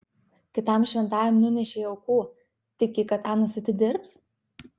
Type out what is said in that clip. kitam šventajam nunešei aukų tiki kad anas atidirbs